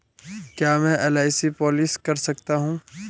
क्या मैं LIC policy कर सकता हूं?